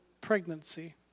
pregnancy